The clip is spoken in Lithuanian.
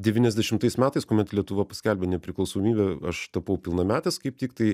devyniasdešimtais metais kuomet lietuva paskelbė nepriklausomybę aš tapau pilnametis kaip tik tai